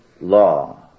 law